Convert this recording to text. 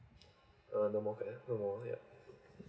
ah no more pay ah no more yup